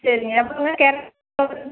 சரிங்க அப்பறங்க கேரட்